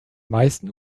meisten